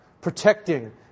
protecting